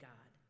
God